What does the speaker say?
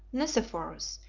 nicephorus,